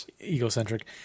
egocentric